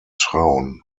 town